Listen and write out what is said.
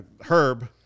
Herb